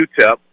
UTEP